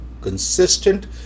consistent